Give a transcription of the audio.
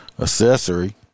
accessory